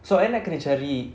so I nak kena cari